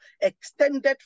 extended